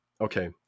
okay